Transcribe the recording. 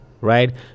Right